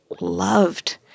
loved